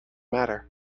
matter